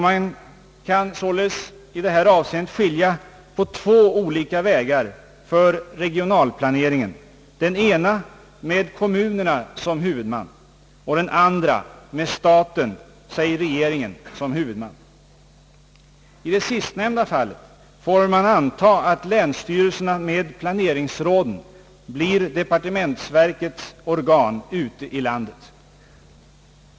Man kan således i detta avseende skilja på två olika vägar för regionalplaneringen, den ena med kommunerna som huvudman och den andra med staten, d. v. s. regeringen som huvudman. I det sistnämnda fallet får man anta att länsstyrelserna med planeringsråden blir departementverkets organ ute i landet.